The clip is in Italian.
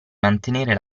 mantenere